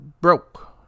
broke